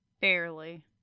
Barely